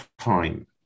time